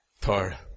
Third